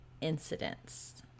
incidents